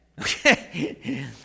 Okay